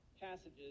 passages